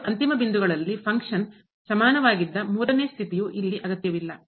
ಎರಡು ಅಂತಿಮ ಬಿಂದುಗಳಲ್ಲಿ ಪಂಕ್ಷನ್ ಕಾರ್ಯವು ಸಮಾನವಾಗಿದ್ದ ಮೂರನೇ ಸ್ಥಿತಿಯು ಇಲ್ಲಿ ಅಗತ್ಯವಿಲ್ಲ